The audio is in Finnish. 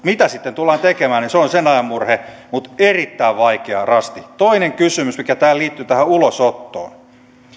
mitä sitten tullaan tekemään niin se on sen ajan murhe mutta erittäin vaikea rasti toinen kysymys mikä liittyy ulosottoon